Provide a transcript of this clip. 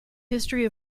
history